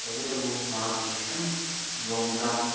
ꯇꯧꯕꯇꯕꯨ ꯃꯍꯥꯛꯀꯤ ꯈꯤꯇꯪ ꯂꯣꯡ ꯇꯥꯝ